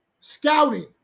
Scouting